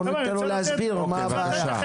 בואו ניתן לו להסביר מה הבעיה.